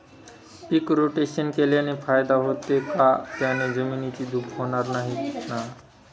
पीक rotation केल्याने फायदा होतो का? त्याने जमिनीची धूप होणार नाही ना?